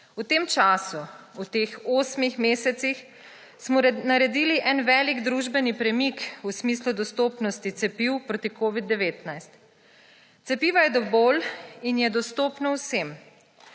V tem času, v teh osmih mesecih smo naredili en velik družbeni premik v smislu dostopnosti cepiv proti covidu-19. Cepiva je dovolj in je dostopno vsem.